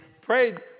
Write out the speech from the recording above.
prayed